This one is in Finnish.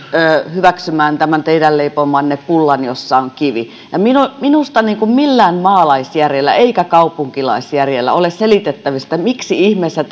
hyväksymään tämän teidän leipomanne pullan jossa on kivi minusta millään maalaisjärjellä tai kaupunkilaisjärjellä ei ole selitettävissä miksi ihmeessä